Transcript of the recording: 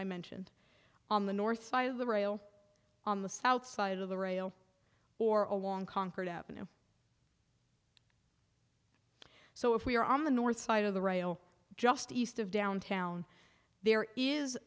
i mentioned on the north side of the rail on the south side of the rail or along concord ave so if we are on the north side of the rail just east of downtown there is